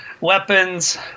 weapons